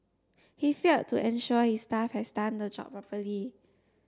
he failed to ensure his staff has done the job properly